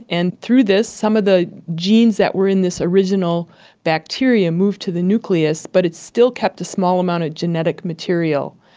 and through this some of the genes that were in this original bacteria moved to the nucleus, but it has still kept a small amount of genetic material.